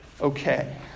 okay